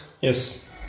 yes